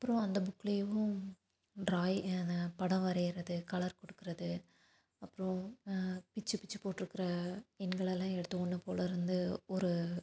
அப்புறோம் அந்த புக்லேவும் டிரா படம் வரைகிறது கலர் கொடுக்குறது அப்புறோம் பிச்சி பிச்சி போட்டுருக்குற எண்களை எல்லாம் எடுத்து ஒன்று போல் இருந்து ஒரு